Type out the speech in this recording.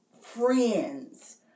friends